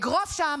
אגרוף שם,